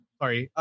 sorry